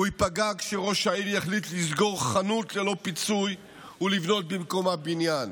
והוא ייפגע כשראש העיר יחליט לסגור חנות ללא פיצוי ולבנות במקומה בניין.